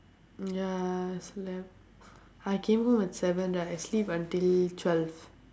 ya I slept I came home at seven right I sleep until twelve